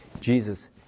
Jesus